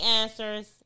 answers